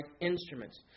instruments